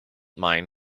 mine